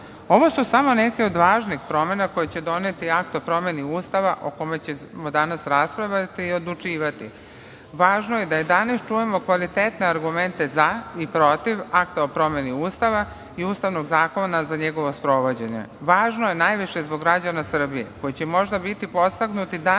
su samo neke od važnih promena koje će doneti akt o promeni Ustava o kome ćemo danas raspravljati i odlučivati. Važno je da i danas čujemo kvalitetne argumente za i protiv akta o promeni Ustava i Ustavnog zakona za njegovo sprovođenje. Važno je najviše zbog građana Srbije koji će možda biti podstaknuti današnjom